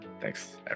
thanks